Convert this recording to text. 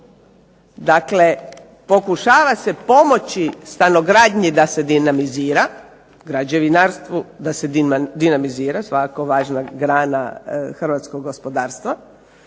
Dakle, pokušava se pomoći stanogradnji da se dinamizira, građevinarstvu da se dinamizira, svakako važna grana hrvatskog gospodarstva.